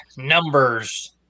numbers